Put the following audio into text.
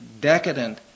decadent